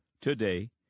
Today